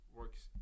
works